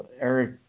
Eric